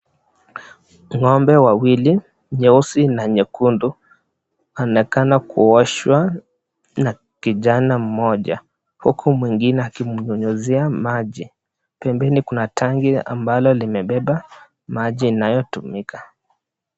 Ng'ombe wawili nyeusi na nyekundu wanaonekana kuoshwa na kijana mmoja uku mwingine akimnyunyizia maji. Pembeni kuna tangi ambalo limebeba maji inayotumika.